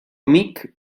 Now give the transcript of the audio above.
amic